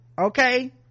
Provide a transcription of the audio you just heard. Okay